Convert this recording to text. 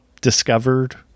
discovered